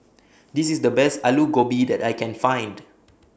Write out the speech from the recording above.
This IS The Best Aloo Gobi that I Can Find